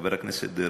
חבר הכנסת דרעי,